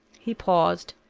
he paused,